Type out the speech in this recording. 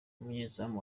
umunyezamu